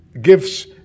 gifts